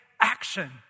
action